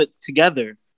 together